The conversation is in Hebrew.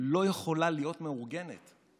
לא יכולה להיות מאורגנת,